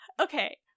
okay